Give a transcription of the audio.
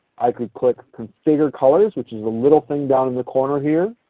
i could click configure colors which is a little thing down in the corner here.